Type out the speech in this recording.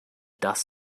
das